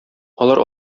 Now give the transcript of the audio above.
алар